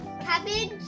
Cabbage